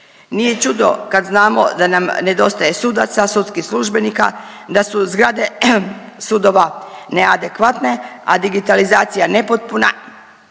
Nije čudo kad znamo da nam nedostaje sudaca, sudskih službenika, da su zgrade sudova neadekvatne, a digitalizacija nepotpuna,